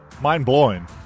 Mind-blowing